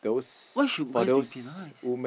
why should guys be penalized